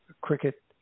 Cricket